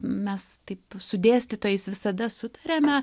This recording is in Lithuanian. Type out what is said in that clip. mes taip su dėstytojais visada sutariame